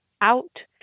out